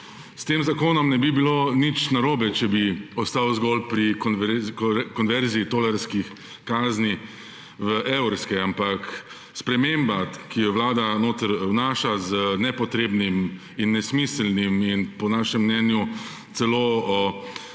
S tem zakonom ne bi bilo nič narobe, če bi ostal zgolj pri konverziji tolarskih kazni v evrske. Ampak sprememba, ki jo vlada vnaša z nepotrebnim in nesmiselnim in po našem mnenju celo z